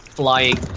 Flying